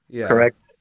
correct